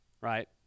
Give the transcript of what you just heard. right